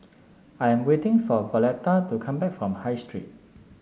I'm waiting for Violetta to come back from High Street